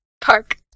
Park